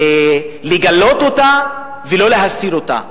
לגלות אותה ולא להסתיר אותה.